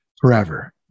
forever